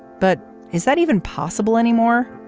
but is that even possible anymore.